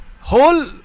Whole